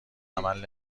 عمل